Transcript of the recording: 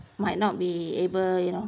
might not be able you know